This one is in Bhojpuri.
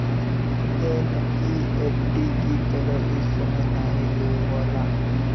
एन.ई.एफ.टी की तरह इ समय नाहीं लेवला